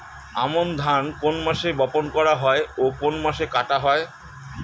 আমন ধান কোন মাসে বপন করা হয় ও কোন মাসে কাটা হয়?